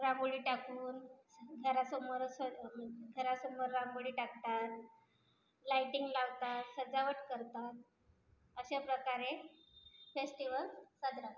रांगोळी टाकून स घरासमोर सड घरासमोर रांगोळी टाकतात लायटिंग लावतात सजावट करतात अशा प्रकारे फेस्टीवल साजरा होतो